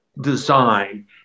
design